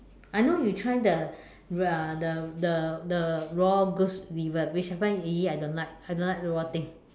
I know you tried the raw the the the raw goose liver which I find !ee! I don't like I don't like raw thing